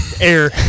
Air